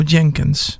Jenkins